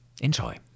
Enjoy